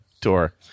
Tour